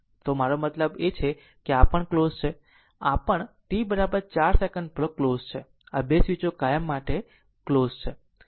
તો મારો મતલબ કે આ પણ ક્લોઝ છે આ પણ t 4 સેકન્ડ પર ક્લોઝ છે આ 2 સ્વીચો કાયમ માટે ક્લોઝ છે